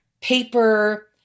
paper